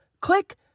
Click